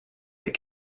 that